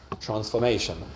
transformation